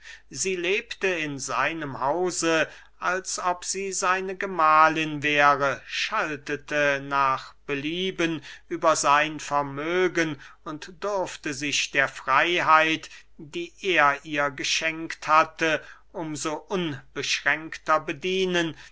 sie lebte in seinem hause als ob sie seine gemahlin wäre schaltete nach belieben über sein vermögen und durfte sich der freyheit die er ihr geschenkt hatte um so unbeschränkter bedienen